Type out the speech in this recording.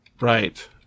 Right